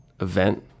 event